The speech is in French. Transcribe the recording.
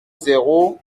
zéro